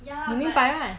你明白 right